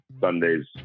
sunday's